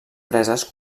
preses